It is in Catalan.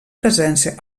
presència